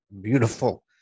beautiful